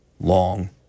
long